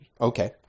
Okay